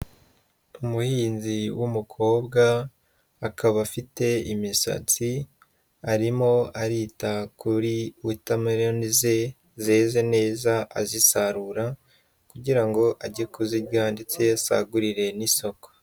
Umuhinzi w'umukobwa, akaba afite imisatsi, arimo arita kuri water mellon ze zeze neza azisarura, kugira ngo ajye kuzirya ndetse asagurire n'isoko.